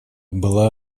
была